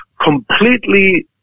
completely